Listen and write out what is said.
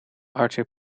arthur